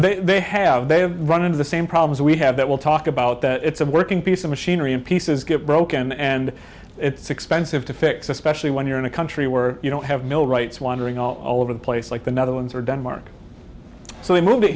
that they have they have run into the same problems we have that we'll talk about that it's a working piece of machinery and pieces get broken and it's expensive to fix especially when you're in a country where you don't have no rights wandering all over the place like the netherlands or denmark so they moved